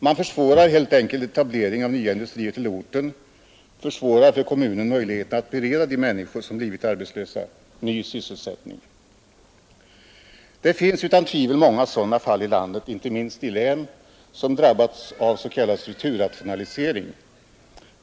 Man försvårar helt enkelt etablering av nya industrier till orten, försvårar för kommunen möjligheterna att bereda de människor som blivit arbetslösa ny sysselsättning. Det finns utan tvivel många sådana fall i landet, inte minst i län som är drabbade av s.k. strukturrationalisering.